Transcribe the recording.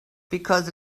because